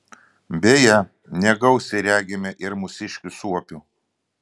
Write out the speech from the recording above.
beje negausiai regime ir mūsiškių suopių